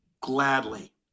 gladly